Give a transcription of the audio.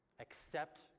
accept